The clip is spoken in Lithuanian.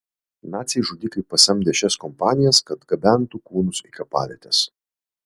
naciai žudikai pasamdė šias kompanijas kad gabentų kūnus į kapavietes